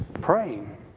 praying